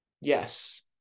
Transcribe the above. Yes